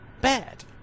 bad